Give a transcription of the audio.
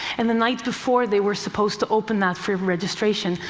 and the night before they were supposed to open that for registration,